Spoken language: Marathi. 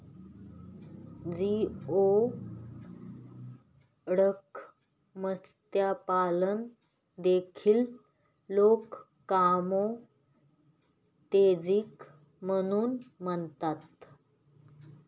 जिओडक मत्स्यपालन देखील लोक कामोत्तेजक म्हणून मानतात